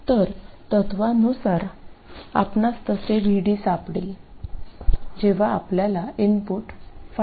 तर तत्त्वानुसार आपणास असे VD सापडेल जेव्हा आपल्याला इनपुट 5